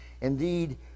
Indeed